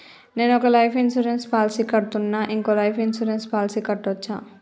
నేను ఒక life insurance policy కడ్తున్నా, ఇంకో లైఫ్ ఇన్సూరెన్స్ పాలసీ కట్టొచ్చా?